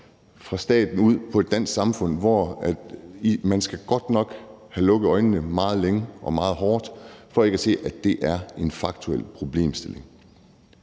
hjælpeløse ud på et dansk samfund, hvor man godt nok skal have lukket øjnene meget længe og meget hårdt i for ikke at se, at det er en faktuel problemstilling.